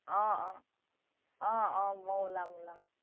অঁ অঁ অঁ অঁ মইও ওলাম ওলাম